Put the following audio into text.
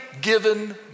given